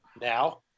Now